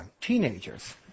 teenagers